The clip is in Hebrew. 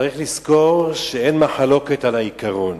צריך לזכור שאין מחלוקת על העיקרון